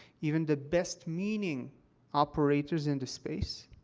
even the best-meaning operators in the space,